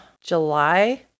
July